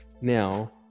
Now